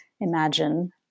imagine